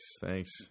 thanks